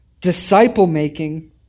disciple-making